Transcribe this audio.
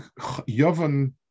Yovan